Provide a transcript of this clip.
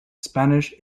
spanish